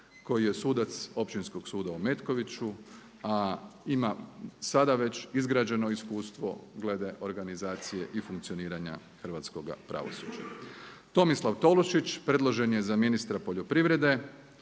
koji je sudac Općinskog suda u Metkoviću, a ima sada već izgrađeno iskustvo glede organizacije i funkcioniranja hrvatskoga pravosuđa. Tomislav Tolušić, predložen je za ministra poljoprivrede.